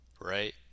right